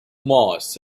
mars